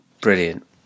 Brilliant